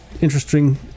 interesting